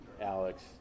Alex